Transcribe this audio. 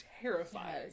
terrifying